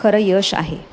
खरं यश आहे